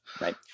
Right